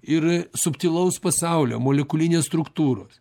ir subtilaus pasaulio molekulinės struktūros